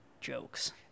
jokes